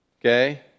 Okay